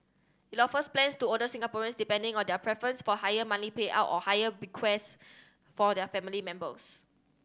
it offers plans to older Singaporeans depending on their preference for higher money payout or higher bequest for their family members